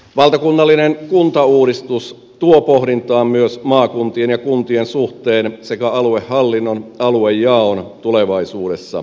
valtakunnallinen kuntauudistus tuo pohdintaan myös maakuntien ja kuntien suhteen sekä aluehallinnon aluejaon tulevaisuudessa